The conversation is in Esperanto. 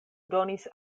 donis